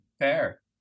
Fair